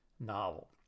novel